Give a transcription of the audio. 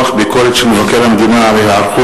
הנושא יעבור לדיון בוועדת החוץ